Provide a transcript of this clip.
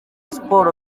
siporo